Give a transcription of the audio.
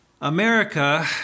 America